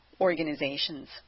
organizations